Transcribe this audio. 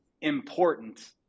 important